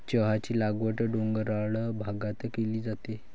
चहाची लागवड डोंगराळ भागात केली जाते